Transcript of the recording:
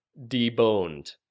deboned